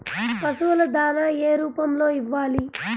పశువుల దాణా ఏ రూపంలో ఇవ్వాలి?